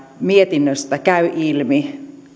mietinnöstä käy ilmi